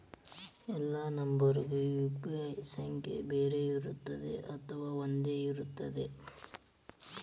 ಎಲ್ಲಾ ನಂಬರಿಗೂ ಯು.ಪಿ.ಐ ಸಂಖ್ಯೆ ಬೇರೆ ಇರುತ್ತದೆ ಅಥವಾ ಒಂದೇ ಇರುತ್ತದೆ?